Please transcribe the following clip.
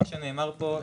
כמו שנאמר פה,